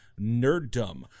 nerddom